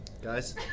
Guys